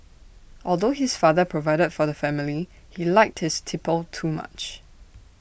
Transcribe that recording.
although his father provided for the family he liked his tipple too much